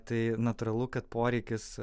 tai natūralu kad poreikis